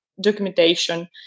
documentation